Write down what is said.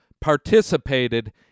participated